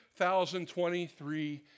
2023